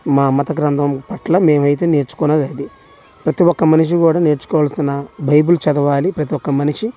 మా మత గ్రంథం పట్ల మేము అయితే నేర్చుకున్నది అది ప్రతీ ఒక్క మనిషి కూడా నేర్చుకోవాల్సిన బైబిల్ చదవాలి ప్రతీ ఒక్క మనిషి